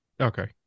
okay